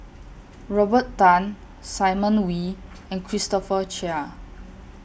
Robert Tan Simon Wee and Christopher Chia